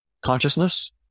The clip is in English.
consciousness